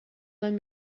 lend